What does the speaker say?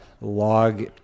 log